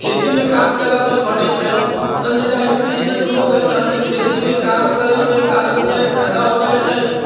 खेतीमे काम कयलासँ ओ घटै छै तखन जे डाइबिटीज जैसन रोग होइ तखन जे खेतीमे काम करयके कारणसँ फायदा हो जाइ छै